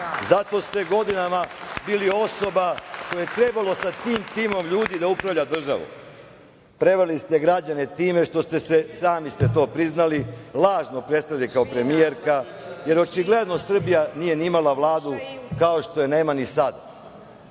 zato ste godinama bili osoba koja je trebalo sa tim timom ljudi da upravlja državom. Prevarili ste građane time što ste se, sami ste to priznali, lažno predstavili kao premijerka, jer očigledno Srbija nije ni imala Vladu, kao što je nema ni